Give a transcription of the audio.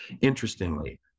Interestingly